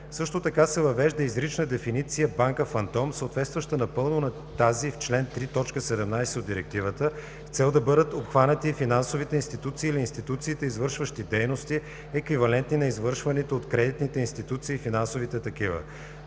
Също така се въвежда изрична дефиниция „банка фантом“, съответстваща напълно на тази в чл. 3, т. 17 от Директивата, с цел да бъдат обхванати и финансовите институции или институциите, извършващи дейности, еквивалентни на извършваните от кредитните институции и финансовите такива.